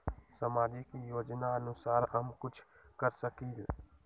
सामाजिक योजनानुसार हम कुछ कर सकील?